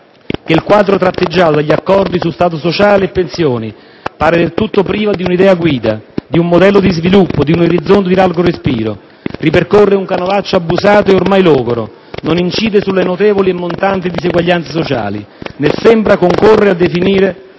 che il quadro tratteggiato dagli accordi su Stato sociale e pensioni pare del tutto privo di un'idea guida, di un modello di sviluppo, di un orizzonte di largo respiro; ripercorre un canovaccio abusato e ormai logoro; non incide sulle notevoli e montanti disuguaglianze sociali; né sembra concorrere a definire